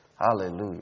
Hallelujah